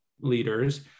leaders